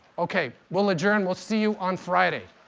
ok. we'll adjourn. we'll see you on friday.